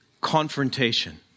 confrontation